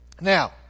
Now